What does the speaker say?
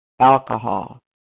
alcohol